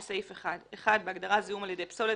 בסעיף 1- (1) בהגדרה "זיהום על ידי פסולת",